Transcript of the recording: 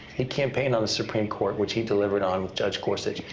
he campaigned on the supreme court, which he delivered on with judge gorsuch.